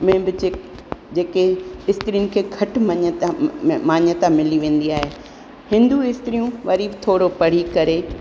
में बि जे जेके इस्त्रीनि खे घटि मञंदा मान्यता मिली वेंदी आहे हिंदू इस्त्रियूं वरी बि थोरो पढ़ी करे